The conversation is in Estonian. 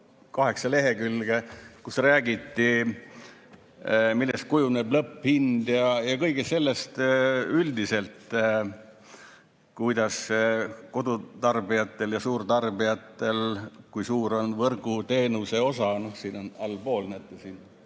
kaheksa lehekülge, kus räägiti, millest kujuneb lõpphind ja kõigest sellest üldiselt, kui suur on kodutarbijatel ja suurtarbijatel võrguteenuse osa. Noh, siin on allpool, näete, siin